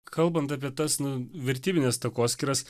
kalbant apie tas nu vertybines takoskyras